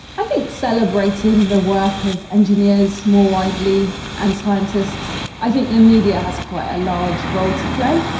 i think celebrating the work of engineers more widely and scientists. i think the media has quite a large role to play.